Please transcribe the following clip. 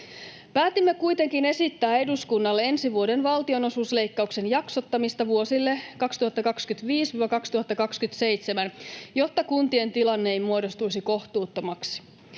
Päätimme kuitenkin esittää eduskunnalle ensi vuoden valtionosuusleikkauksen jaksottamista vuosille 2025—2027, jotta kuntien tilanne ei muodostuisi kohtuuttomaksi.